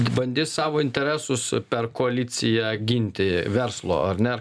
bandys savo interesus per koaliciją ginti verslo ar ne